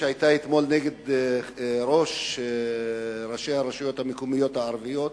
האלימות שהיתה אתמול נגד ראש ראשי הרשויות המקומיות הערביות,